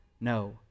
No